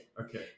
Okay